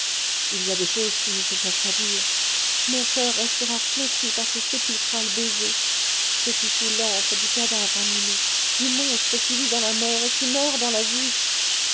il y a des choses qui ne se peuvent pas dire mon coeur restera flétri par ce sépulcral baiser c'est ici l'antre du cadavre animé du monstre qui vit dans la mort et qui meurt dans la vie